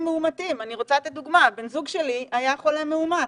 מאומתים אני רוצה לתת דוגמה: בן הזוג שלי היה חולה מאומת.